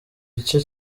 igice